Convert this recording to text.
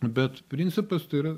bet principas tai yra